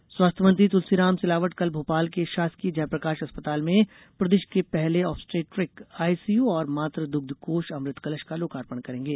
सिलावट स्वास्थ्य मंत्री तुलसीराम सिलावट कल भोपाल के शासकीय जयप्रकाश अस्पताल में प्रदेश के पहले आब्सटेट्रिक आईसीयू और मातृ दुग्ध कोष अमृत कलश का लाकार्पण करेंगे